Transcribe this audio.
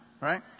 right